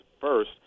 First